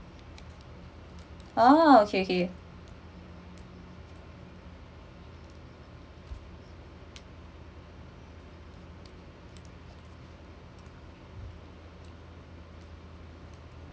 oh okay okay